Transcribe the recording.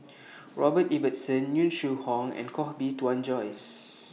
Robert Ibbetson Yong Shu Hoong and Koh Bee Tuan Joyce